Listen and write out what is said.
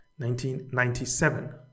1997